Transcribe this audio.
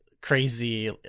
crazy